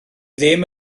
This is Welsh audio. ddim